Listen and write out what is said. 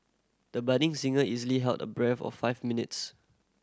the budding singer easily held a breath or five minutes